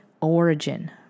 origin